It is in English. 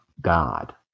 God